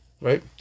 right